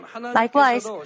Likewise